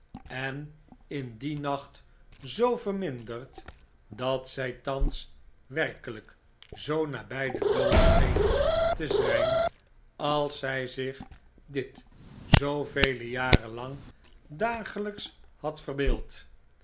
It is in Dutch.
en in dien nacht zoo verminderd dat zij thans werkelijk zoo nabij den dood scheen te zijn als zij zich dit zoovele jaren lang dagelijks had verbeeld